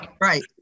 right